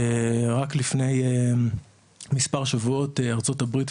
רק לפני מספר שבועות ארה"ב,